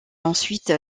ensuite